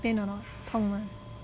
pain or not 痛吗